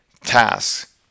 tasks